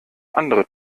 andere